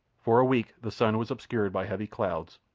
for a week the sun was obscured by heavy clouds,